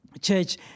Church